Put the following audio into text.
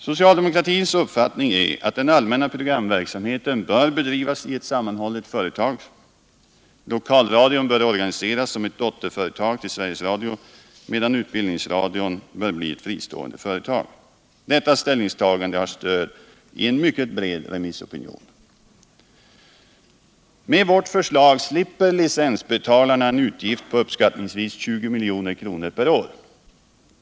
Socialdemokratins uppfattning är att den allmänna programverksamheten bör bedrivas i ett sammanhållet företag. Lokalradion bör organiseras som ett dotterföretag till Sveriges Radio, medan utbildningsradion bör bli ett fristående företag. Detta ställningstagande har stöd i en mycket bred remissopinion. Med vårt förslag slipper licensbetalarna en utgift på uppskattningsvis 20 milj.kr. per år.